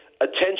attention